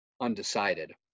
undecided